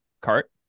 cart